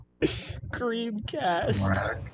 creamcast